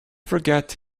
forget